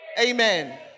Amen